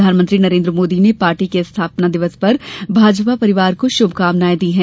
प्रधानमंत्री नरेन्द्र मोदी ने पार्टी के स्थापना दिवस पर भाजपा परिवार को शुभकामनाएं दी हैं